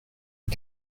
dix